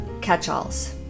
catch-alls